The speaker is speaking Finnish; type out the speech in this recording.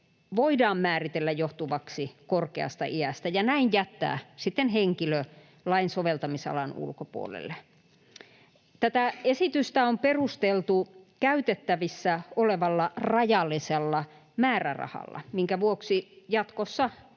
voidaan määritellä johtuvaksi korkeasta iästä ja näin jättää henkilö lain soveltamisalan ulkopuolelle. Tätä esitystä on perusteltu käytettävissä olevalla rajallisella määrärahalla, minkä vuoksi jatkossa